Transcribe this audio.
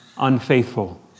unfaithful